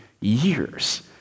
years